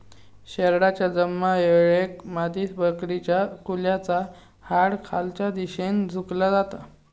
शेरडाच्या जन्मायेळेक मादीबकरीच्या कुल्याचा हाड खालच्या दिशेन झुकला जाता